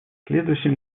следующим